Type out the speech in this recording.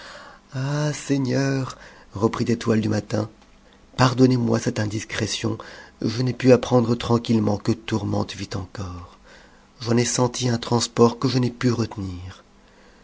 seigneur reprit étoile du matin pardonnez-moi cette indiscrétion je n'ai pu apprendre tranquitlement que tourmente vit encore j'en ai senti un transport que je n'ai pu retenir